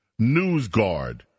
NewsGuard